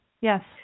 yes